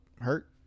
hurt